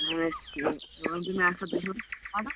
ژٕ وَنتہٕ مےٚ اَکھ کَتھ تُہۍ چھِوٕ پَران